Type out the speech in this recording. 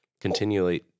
continually